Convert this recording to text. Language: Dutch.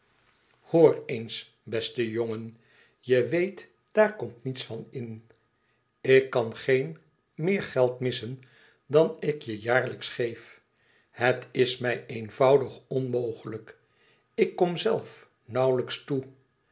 hoor eens beste jongen je weet daar komt niets van in ik kan geen meer geld missen dan ik je jaarlijks geef het is mij eenvoudig onmogelijk ik kom zelf nauwlijks toe